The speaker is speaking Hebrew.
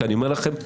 זה אפשרי.